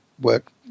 work